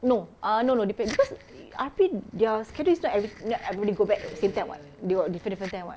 no err no no depends because R_P their schedule is not every not everybody go back at the same time [what] they all different different time [what]